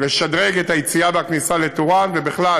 לשדרג את היציאה ואת הכניסה לטורעאן ובכלל